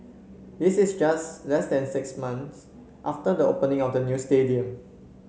this is just less than six months after the opening of the new stadium